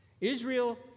Israel